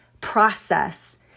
process